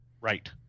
Right